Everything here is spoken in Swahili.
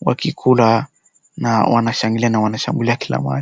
wakikula na wanashangilia na wanashambulia kila mahali.